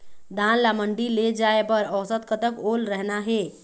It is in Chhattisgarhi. धान ला मंडी ले जाय बर औसत कतक ओल रहना हे?